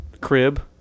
Crib